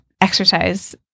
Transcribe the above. exercise